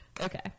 Okay